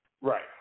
Right